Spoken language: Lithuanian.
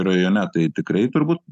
rajone tai tikrai turbūt